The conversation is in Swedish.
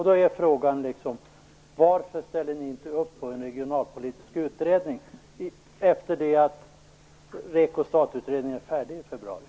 Då är frågan: Varför ställer ni inte upp på en regionalpolitisk utredning efter det att REKO-STAT utredningen är färdig i februari?